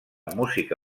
música